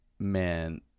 man